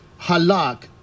halak